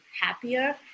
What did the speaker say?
happier